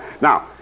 Now